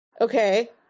Okay